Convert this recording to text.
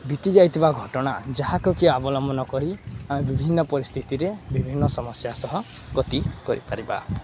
ବିତିଯାଇଥିବା ଘଟଣା ଯାହାକୁ କି ଅବଲମ୍ବନ କରି ଆମେ ବିଭିନ୍ନ ପରିସ୍ଥିତିରେ ବିଭିନ୍ନ ସମସ୍ୟା ସହ ଗତି କରିପାରିବା